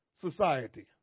society